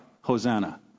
Hosanna